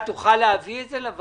אנחנו מוכנים כבר עכשיו להיקרא לדגל.